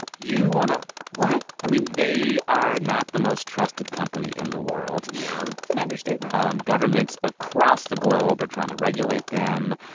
you want to what? i mean, they are not the most trusted company in the world no it's an understatement governments across the globe are trying to regulate them.